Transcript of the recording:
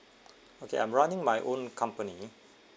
okay I'm running my own company